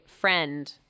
friend